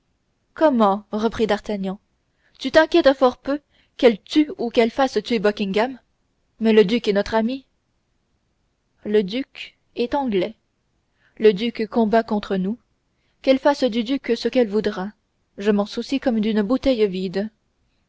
comment reprit d'artagnan tu t'inquiètes fort peu qu'elle tue ou qu'elle fasse tuer buckingham mais le duc est notre ami le duc est anglais le duc combat contre nous qu'elle fasse du duc ce qu'elle voudra je m'en soucie comme d'une bouteille vide